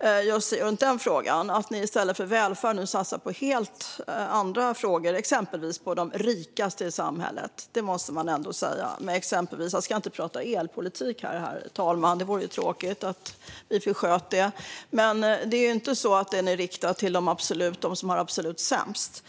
i just den frågan. I stället för välfärden satsas det på helt andra frågor, exempelvis de rikaste i samhället. Det måste man ändå säga. Jag ska inte prata elpolitik här, herr talman, för det vore ju tråkigt, men det är ju inte så att den politiken riktas till dem som har det absolut sämst.